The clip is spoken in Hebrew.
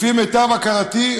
לפי מיטב הכרתי,